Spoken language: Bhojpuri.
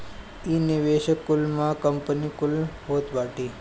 इ निवेशक कुल में कंपनी कुल होत बाटी